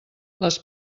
les